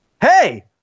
Hey